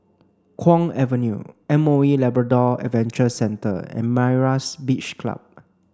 Kwong Avenue M O E Labrador Adventure Centre and Myra's Beach Club